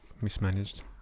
mismanaged